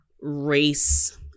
race